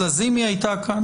וחברת הכנסת לזימי הייתה כאן.